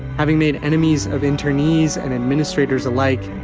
having made enemies of internees and administrators alike,